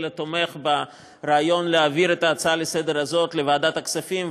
אלא תומך ברעיון להעביר את ההצעה לסדר-היום הזאת לוועדת הכספים,